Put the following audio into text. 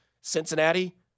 Cincinnati